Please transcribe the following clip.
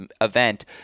event